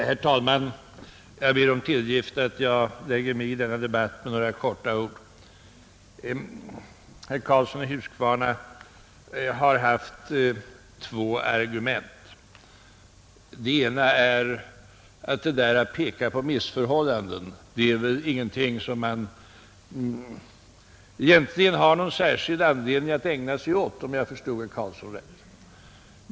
Herr talman! Jag ber om tillgift för att jag med några få ord lägger mig i denna debatt. Herr Karlsson i Huskvarna har anfört två argument. Det ena är — om jag förstod herr Karlsson rätt — att man egentligen inte har någon särskild anledning att peka på missförhållanden.